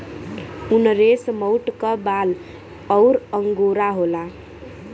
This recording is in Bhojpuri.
उनरेसमऊट क बाल अउर अंगोरा होला